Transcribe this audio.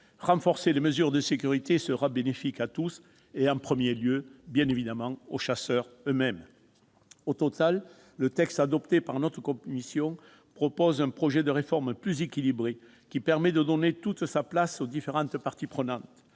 Renforcer les mesures de sécurité sera bénéfique à tous, et en premier lieu aux chasseurs eux-mêmes. Au total, le texte adopté par notre commission présente un projet de réforme plus équilibré, qui permet de donner toute sa place aux différentes parties prenantes.